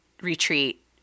retreat